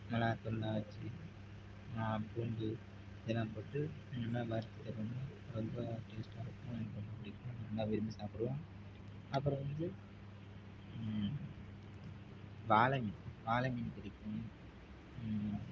மிளகா தூளெல்லாம் அரைச்சி பூண்டு இதெல்லாம் போட்டு நல்லா வறுத்து தருவாங்க ரொம்ப டேஸ்ட்டாயிருக்கும் எனக்கு ரொம்ப பிடிக்கும் நல்லா விரும்பி சாப்பிடுவோம் அப்புறம் வந்து வாலை மீன் வாலை மீன் பிடிக்கும்